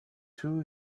two